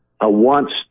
wants